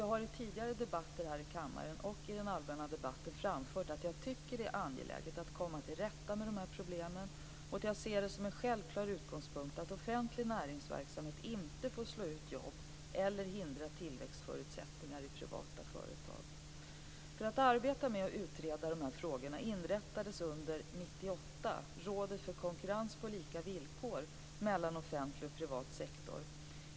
Jag har i tidigare debatter här i kammaren och i den allmänna debatten framfört att jag tycker att det är angeläget att komma till rätta med dessa problem och att jag ser det som en självklar utgångspunkt att offentlig näringsverksamhet inte får slå ut jobb eller hindra tillväxtförutsättningarna i privata företag. För att arbeta med och utreda dessa frågor inrättades under år 1998 Rådet för konkurrens på lika villkor mellan offentlig och privat sektor.